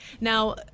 Now